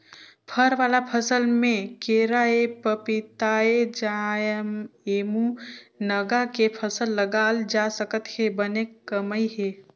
फर वाला फसल में केराएपपीताएजामएमूनगा के फसल लगाल जा सकत हे बने कमई हे